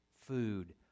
food